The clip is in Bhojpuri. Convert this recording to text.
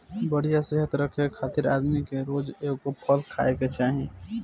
बढ़िया सेहत रखे खातिर आदमी के रोज एगो फल खाए के चाही